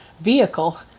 vehicle